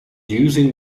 using